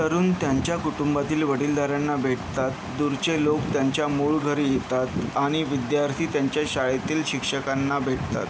तरुण त्यांच्या कुटुंबातील वडिलधाऱ्यांना भेटतात दूरचे लोक त्यांच्या मूळ घरी येतात आणि विद्यार्थी त्यांच्या शाळेतील शिक्षकांना भेटतात